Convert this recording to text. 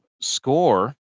score